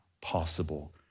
possible